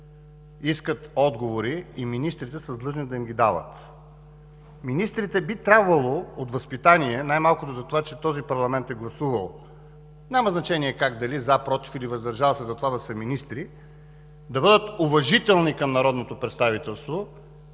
искат отговори, а министрите са длъжни да им ги дават. Министрите би трябвало от възпитание, най-малкото че този парламент е гласувал за тях – няма значение как, дали „за”, „против” или „въздържали се” – да са министри, да бъдат уважителни към народното представителство